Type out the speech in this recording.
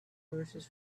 verses